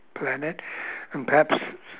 planet and perhaps